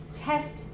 test